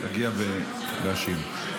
שיגיע להשיב.